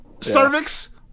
cervix